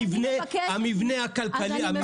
המבנה הכלכלי.